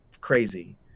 crazy